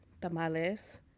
tamales